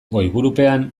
goiburupean